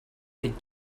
could